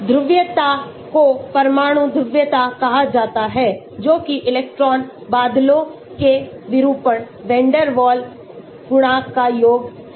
ध्रुवीयता को परमाणु ध्रुवीयता कहा जाता है जो कि इलेक्ट्रॉन बादलों के विरूपण वैन डेर वाल्स गुणांक का योग है